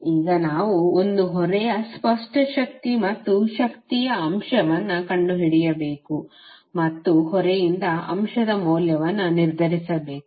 ಈಗ ನಾವು ಒಂದು ಹೊರೆಯ ಸ್ಪಷ್ಟ ಶಕ್ತಿ ಮತ್ತು ಶಕ್ತಿಯ ಅಂಶವನ್ನು ಕಂಡುಹಿಡಿಯಬೇಕು ಮತ್ತು ಹೊರೆಯಿಂದ ಅಂಶದ ಮೌಲ್ಯವನ್ನು ನಿರ್ಧರಿಸಬೇಕು